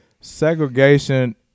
segregation